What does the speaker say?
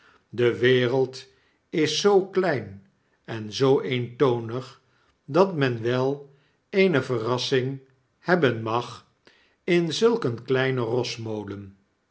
de wereld is zoo klein en zoo eentonig dat men wel eene verrassing hebben mag in zulk een kleinen rosmolen